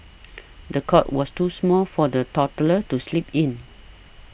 the cot was too small for the toddler to sleep in